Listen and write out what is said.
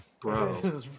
Bro